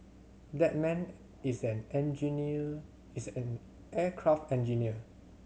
that man is an engineer is an aircraft engineer